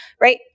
right